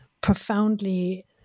profoundly